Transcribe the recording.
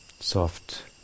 soft